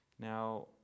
Now